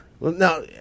Now